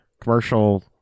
commercial